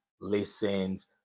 listens